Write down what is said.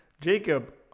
jacob